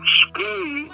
school